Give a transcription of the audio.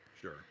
Sure